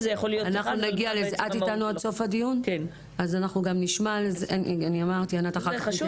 יחד עם זאת אני רוצה לציין שגם אני דיברתי כך כשהייתי